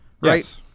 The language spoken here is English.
right